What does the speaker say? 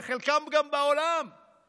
וחלקם גם בעולם,